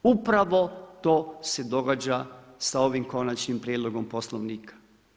Upravo to se događa sa ovim Konačnim prijedlogom Poslovnika.